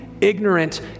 ignorant